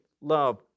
love